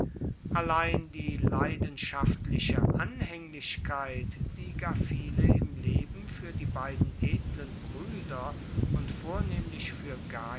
allein die leidenschaftliche anhänglichkeit die gar viele im leben für die beiden edlen brüder und vornehmlich für gaius